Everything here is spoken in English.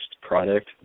product